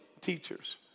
teachers